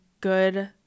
good